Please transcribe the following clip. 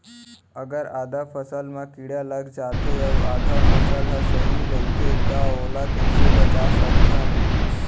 अगर आधा फसल म कीड़ा लग जाथे अऊ आधा फसल ह सही रइथे त ओला कइसे बचा सकथन?